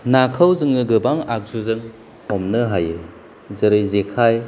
नाखौ जोङो गोबां आगजुजों हमनो हायो जेरै जेखाय